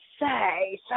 say